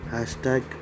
Hashtag